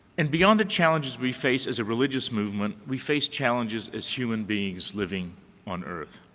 and beyond the challenges we face as a religious movement, we face challenges as human beings living on earth.